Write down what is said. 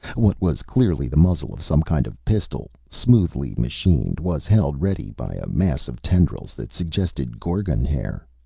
what was clearly the muzzle of some kind of pistol, smoothly machined, was held ready by a mass of tendrils that suggested gorgon hair.